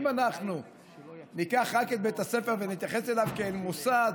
אם אנחנו ניקח רק את בית הספר ונתייחס אליו כאל מוסד,